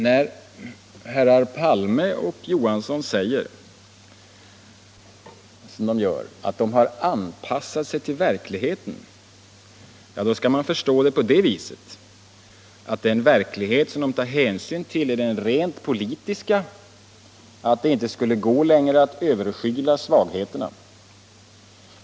När herrar Palme och Johansson säger, som de gör, att de har ”anpassat sig till verkligheten”, skall man förstå det på det viset att den verklighet som de tar hänsyn till är den rent politiska och att det inte skulle gå längre att överskyla svagheterna.